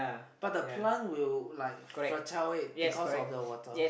but the plant will fertile it because of the water